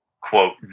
quote